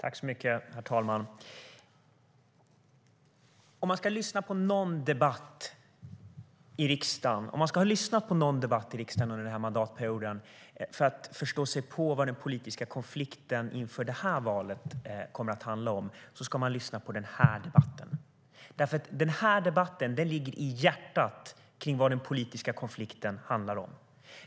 Herr talman! Om man ska lyssna på någon debatt i riksdagen under den här mandatperioden för att förstå vad den politiska konflikten inför det här valet kommer att handla om, ska man lyssna på den här debatten. Den förs i hjärtat av det som den politiska konflikten rör sig om.